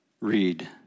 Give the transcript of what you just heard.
read